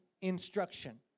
instruction